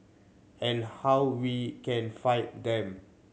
and how we can fight them